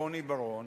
רוני בר-און,